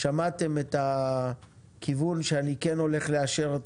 שמעתם את הכיוון שאני כן הולך לאשר את